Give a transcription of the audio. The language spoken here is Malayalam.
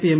P M